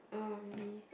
uh maybe